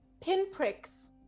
pinpricks